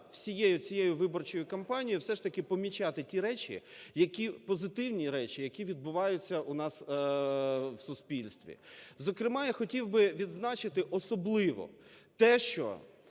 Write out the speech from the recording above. всією цією виборчою кампанією все ж таки помічати ті речі, які позитивні речі, які відбуваються у нас в суспільстві? Зокрема, я хотів би відзначити особливо те, що